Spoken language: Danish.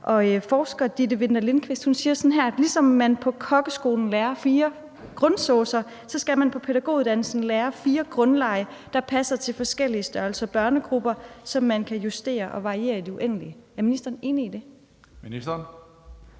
Forskeren Ditte Winther-Lindqvist siger sådan her: »Ligesom man på kokkeskolen lærer fire grundsaucer, skal man på pædagoguddannelsen lære fire grundlege, der passer til forskellige størrelser børnegrupper, som man kan justere og variere i det uendelige.« Er ministeren enig i det? Kl.